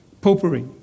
Popery